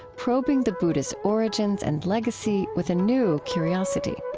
probing the buddha's origins and legacy with a new curiosity